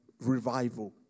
revival